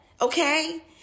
Okay